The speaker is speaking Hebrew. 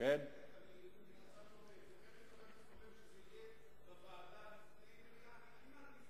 חבר הכנסת אורלב שזה יהיה בוועדה לפני מליאה.